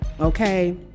okay